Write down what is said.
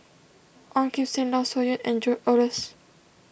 Ong Kim Seng Loh Sin Yun and George Oehlers